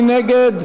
מי נגד?